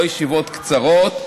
לא ישיבות קצרות,